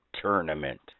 tournament